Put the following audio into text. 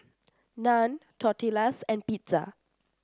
Naan Tortillas and Pizza